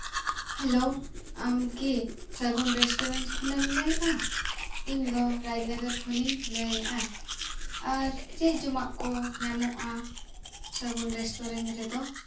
hello ᱟᱢ ᱠᱤ Sagun restaurant ᱠᱷᱚᱱᱮᱢ ᱞᱟᱹᱭ ᱮᱫᱼᱟ ᱤᱧ ᱫᱚ ᱨᱟᱡᱽᱱᱚᱜᱚᱨ ᱠᱷᱚᱱᱤᱧ ᱞᱟᱹᱭ ᱮᱫᱼᱟ ᱟᱨ ᱪᱮᱫ ᱡᱚᱢᱟ ᱠᱚ ᱧᱟᱢᱚᱜᱼᱟ ᱥᱟᱹᱜᱩᱱ ᱨᱥᱴᱩᱨᱮᱱᱴ ᱨᱮᱫᱚ